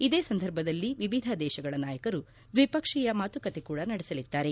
ಇದೇ ಸಂದರ್ಭದಲ್ಲಿ ವಿವಿಧ ದೇಶಗಳ ನಾಯಕರು ದ್ವಿಪಕ್ಷೀಯ ಮಾತುಕತೆ ಕೂಡ ನಡೆಸಲಿದ್ದಾರೆ